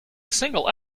single